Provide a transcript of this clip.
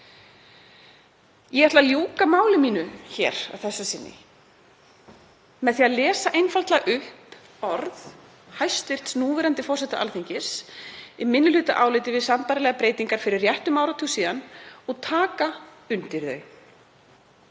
Ég ætla að ljúka máli mínu að þessu sinni með því að lesa einfaldlega upp orð hæstv. núverandi forseta Alþingis í minnihlutaáliti við sambærilegar breytingar fyrir réttum áratug og taka undir þau,